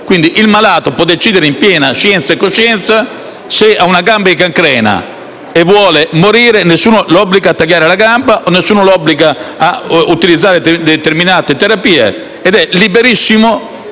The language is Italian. Quindi il malato può decidere in piena scienza e coscienza: se ha una gamba in cancrena e vuole morire, nessuno lo obbliga a tagliare la gamba o a sottoporsi a determinate terapie. È liberissimo